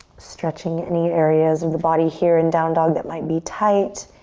stretching any areas of the body here in down dog that might be tight.